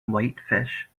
whitefish